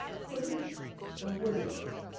couldn't or wouldn't.